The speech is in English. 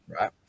right